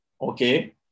Okay